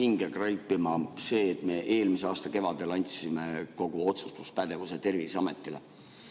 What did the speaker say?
hinge kriipima see, et me eelmise aasta kevadel andsime kogu otsustuspädevuse Terviseametile.